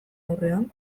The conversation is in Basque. aurrean